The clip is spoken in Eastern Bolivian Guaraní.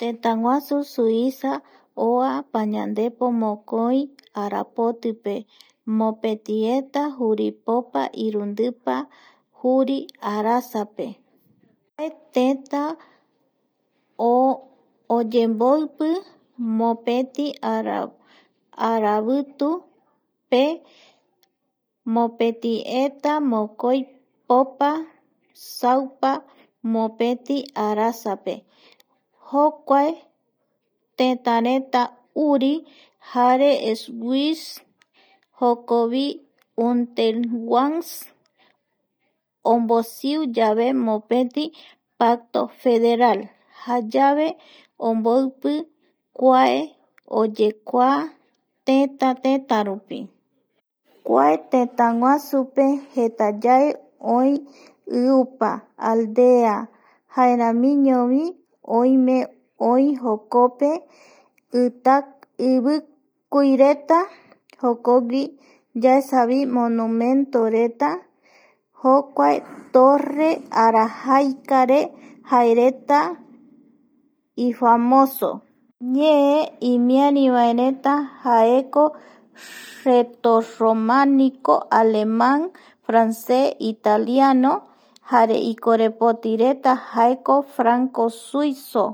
Tëtäguasu suiza oa pañandepo mokoi arapotipe mopetieta juripopa irundipa juri arasape, kua tënta oyemboipi mpéti aravitu, pe mopeti eta mokoipopa saupa mopeti arsape jukuae tëtäreta uri jare schwyz jokovi unterwans ombosiuyave mopeti pacto federal jayave omboipi kuae oyekua tëtä, tëtärupi kua tëtäguasupe jetayae oï iupa, aldea jaeramiñovi oime oï jokope ivikuireta jokogui yaesa vi monumento reta jokuae torre arajaika re jereta ifamoso ñee imiarivaereta jaeko reto romanico, aleman, frances, italiano jare icorepotireta jaeko franco Suizo